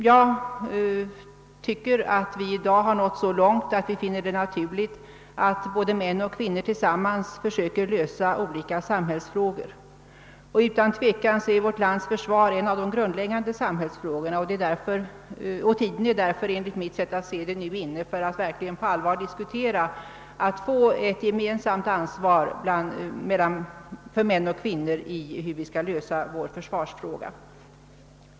Vi har i dag nått så långt att det är naturligt att män och kvinnor tillsammans försöker lösa olika samhällsproblem. Vårt lands försvar är utan tvivel en av de grundläggande samhällsfrågorna, och tiden är därför enligt mitt sätt att se nu inne för att verkligen på allvar diskutera mäns och kvinnors gemensamma ansvar för försvaret.